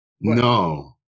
No